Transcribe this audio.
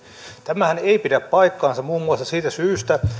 tämähän ei pidä paikkaansa muun muassa siitä syystä